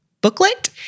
booklet